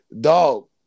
Dog